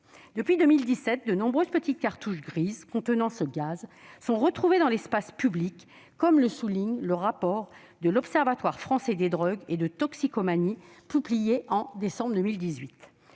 Depuis 2017, de nombreuses petites cartouches grises contenant ce gaz sont retrouvées dans l'espace public, comme le souligne l'Observatoire français des drogues et des toxicomanies dans son rapport publié en décembre 2018.